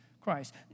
Christ